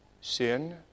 sin